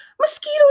Mosquito